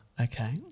okay